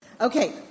Okay